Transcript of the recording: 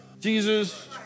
Jesus